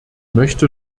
möchte